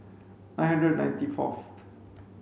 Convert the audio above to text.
nine hundred ninety fourth